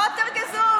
אוט ער געזוגט,